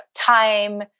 time